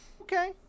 okay